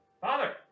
Father